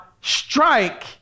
strike